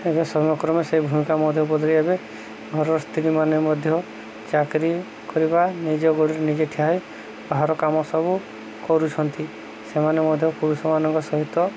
ଏବେ ସମୟକ୍ରମେ ସେଇ ଭୂମିକା ମଧ୍ୟପଦରେ ଏବେ ଘରର ସ୍ତ୍ରୀମାନେ ମଧ୍ୟ ଚାକିରି କରିବା ନିଜ ଗୋଡ଼ରେ ନିଜେ ଠିଆ ହେଇ ବାହାର କାମ ସବୁ କରୁଛନ୍ତି ସେମାନେ ମଧ୍ୟ ପୁରୁଷମାନଙ୍କ ସହିତ